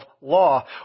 law